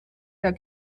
der